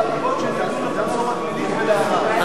לפגוע בהטבות, אנחנו לא.